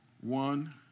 One